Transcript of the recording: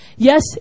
Yes